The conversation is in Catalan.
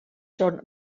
són